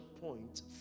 point